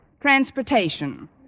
Transportation